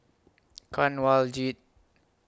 Kanwaljit